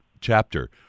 chapter